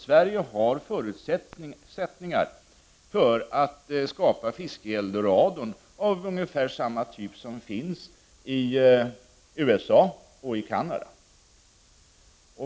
Sverige har alltså förutsättningar att skapa fiskeeldoradon av ungefär samma typ som finns i USA och i Canada.